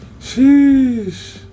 Sheesh